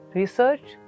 research